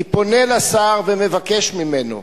אני פונה לשר ומבקש ממנו: